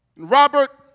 Robert